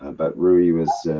ah but rui was